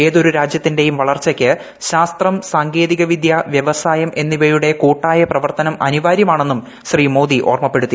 ഏതൊരു രാജ്യത്തിന്റെയും വളർച്ചയ്ക്ക് ശാസ്ത്രം സാങ്കേതികവിദൃ വൃവസായം എന്നിവയുടെ കൂട്ടായ പ്രവർത്തനം അനിവാര്യമാണെന്നും ശ്രീ മോദി ഓർമപ്പെടുത്തി